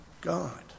God